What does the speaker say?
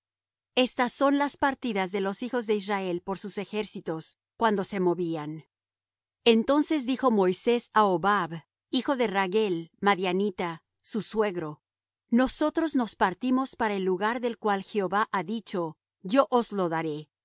estas son las partidas de los hijos de israel por sus ejércitos cuando se movían entonces dijo moisés á hobab hijo de ragüel madianita su suegro nosotros nos partimos para el lugar del cual jehová ha dicho yo os lo daré ven